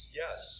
yes